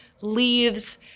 leaves